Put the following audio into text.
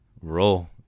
Roll